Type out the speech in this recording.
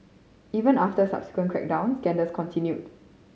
even after a subsequent crackdown scandals continued